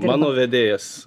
mano vedėjas